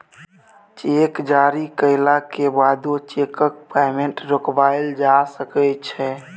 cheque जारी कएलाक बादो चैकक पेमेंट रोकबाएल जा सकै छै